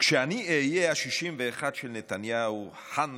כשאני אהיה ה-61 של נתניהו, ח'אן